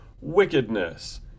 wickedness